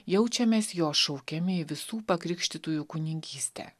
jaučiamės jo šaukiami į visų pakrikštytųjų kunigystę